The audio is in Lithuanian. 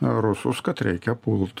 rusus kad reikia pult